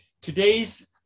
Today's